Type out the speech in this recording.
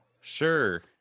sure